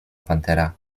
pantera